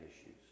issues